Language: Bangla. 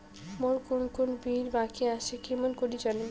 মোর কুন কুন বিল বাকি আসে কেমন করি জানিম?